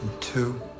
two